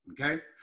okay